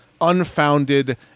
unfounded